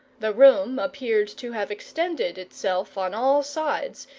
the room appeared to have extended itself on all sides,